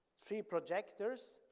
three projectors,